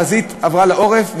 החזית עברה לעורף,